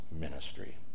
ministry